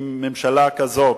עם ממשלה כזאת,